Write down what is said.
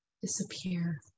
Disappear